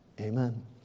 Amen